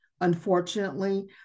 unfortunately